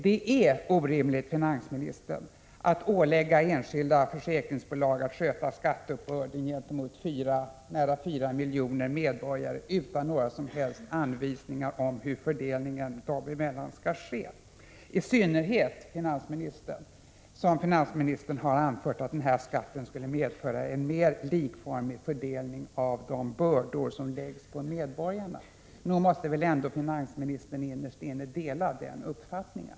Det är orimligt att ålägga enskilda försäkringsbolag att sköta skatteuppbörden gentemot nära 4 miljoner medborgare utan några som helst anvisningar om hur fördelningen dem emellan skall ske, i synnerhet som finansministern har anfört att denna skatt skulle medföra en mer likformig fördelning av de bördor som läggs på medborgarna. Nog måste väl finansministern innerst inne dela den uppfattningen.